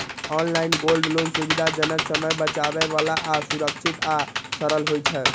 online gold loan सुविधाजनक, समय बचाबै बला आ सुरक्षित आ सरल होइ छै